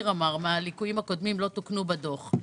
אמר מהליקויים הקודמים לא תוקנו בדוח.